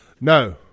No